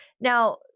Now